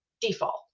default